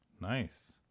Nice